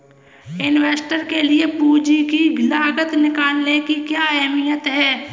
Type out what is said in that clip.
Investor के लिए पूंजी की लागत निकालने की क्या अहमियत है?